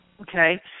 Okay